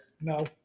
No